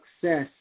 success